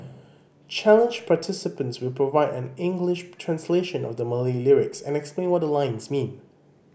challenge participants will provide an English translation of the Malay lyrics and explain what the lines mean